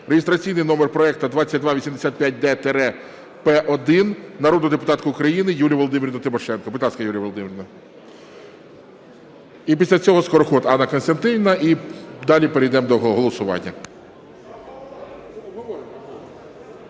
(реєстраційний номер проекту 2285-д-П1) народну депутатку України Юлію Володимирівну Тимошенко. Будь ласка, Юлія Володимирівна. І після цього - Скороход Анна Костянтинівна. І далі перейдемо до голосування.